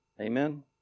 Amen